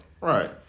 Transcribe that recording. Right